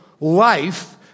life